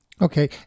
Okay